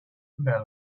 well